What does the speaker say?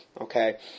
Okay